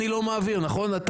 אני לא מעביר נכון ארבל,